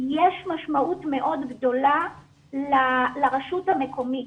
יש משמעות מאוד גדולה לרשות המקומית.